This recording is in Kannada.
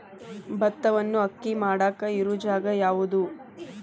ಭತ್ತವನ್ನು ಅಕ್ಕಿ ಮಾಡಾಕ ಇರು ಜಾಗ ಯಾವುದು?